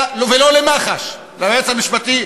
ולא למח"ש ליועץ המשפטי,